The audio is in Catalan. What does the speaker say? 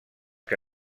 que